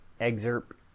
excerpt